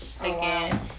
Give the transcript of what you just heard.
again